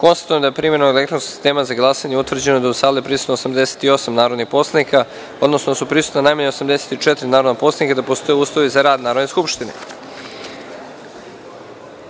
glasanje. Konstatujem da je primenom elektronskog sistema za glasanje utvrđeno da je u sali prisutno 88 narodnih poslanika, odnosno da su prisutna najmanje 84 narodna poslanika i da postoje uslovi za rad Narodne skupštine. Na